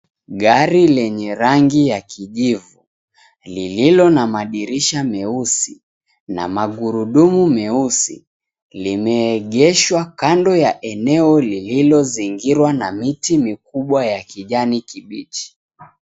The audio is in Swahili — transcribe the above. Gari lenye rangi ya kijivu, lililo na madirisha meusi na magurudumu meusi limeegeshwa kando ya eneo liliozingirwa na miti mikubwa ya kijani kibichi.